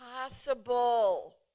possible